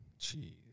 Jeez